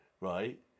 right